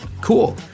Cool